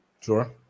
Sure